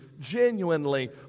genuinely